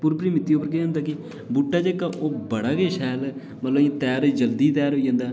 भुरबरी मि'ट्टी उप्पर केह् होंदा कि बूह्टा ओह् बड़ा गै शैल त्यार होई जंदा ऐ